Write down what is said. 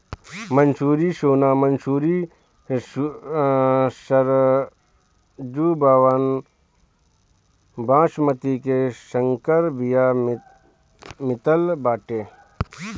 मंसूरी, सोना मंसूरी, सरजूबावन, बॉसमति के संकर बिया मितल बाटे